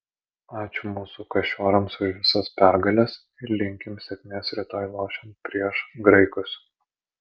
ačiū mūsų kašiorams už visas pergales ir linkim sėkmės rytoj lošiant prieš graikus